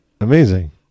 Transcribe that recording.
Amazing